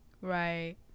Right